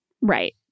Right